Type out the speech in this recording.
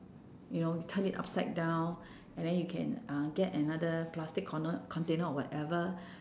you know you turn it upside down and then you can uh get another plastic corner container or whatever